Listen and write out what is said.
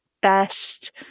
best